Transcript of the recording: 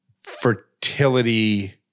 fertility